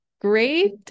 great